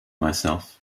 myself